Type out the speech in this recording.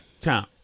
town